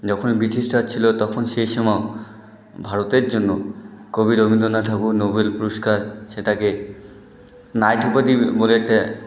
যখন ব্রিটিশরা ছিল তখন সেই সময়ও ভারতের জন্য কবি রবীন্দ্রনাথ ঠাকুর নোবেল পুরস্কার সেটাকে নাইট উপাধি বলে একটা